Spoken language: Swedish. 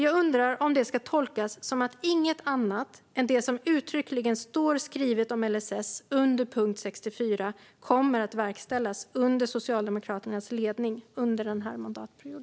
Jag undrar om det ska tolkas som att inget annat än det som uttryckligen står skrivet om LSS under punkt 64 kommer att verkställas under Socialdemokraternas ledning under denna mandatperiod.